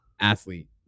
athlete